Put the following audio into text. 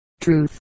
truth